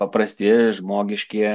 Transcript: paprasti žmogiški